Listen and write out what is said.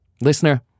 Listener